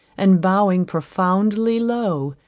and bowing profoundly low,